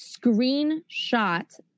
Screenshot